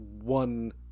one